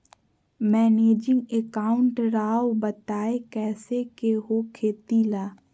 Managing account राव बताएं कैसे के हो खेती ला?